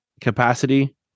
Capacity